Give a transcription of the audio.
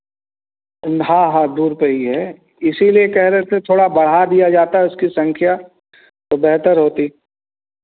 हाँ हाँ दूर पर ही है इसीलिए कह रहे थे थोड़ा बढ़ा दिया जाता है उसकी संख्या तो बेहतर होती